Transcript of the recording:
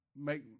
make